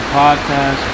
podcast